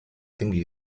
tinggi